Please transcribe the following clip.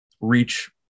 reach